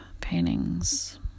paintings